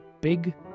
big